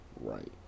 right